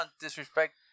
disrespect